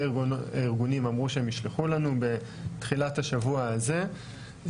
הארגונים אמרו שהם ישלחו לנו בתחילת השבוע הזה,